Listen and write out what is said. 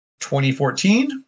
2014